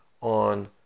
on